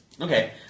Okay